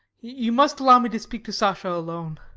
you must allow me to speak to sasha alone.